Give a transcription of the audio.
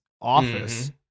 office